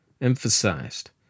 emphasized